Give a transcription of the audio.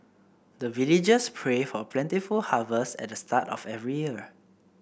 the villagers pray for plentiful harvest at the start of every year